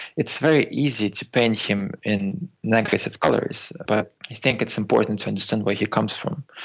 it's very easy to paint him in negative colours, but i think it's important to understand where he comes from,